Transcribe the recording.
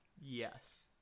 Yes